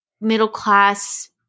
middle-class